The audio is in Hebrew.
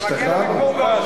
השתכנענו?